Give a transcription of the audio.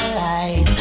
right